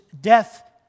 death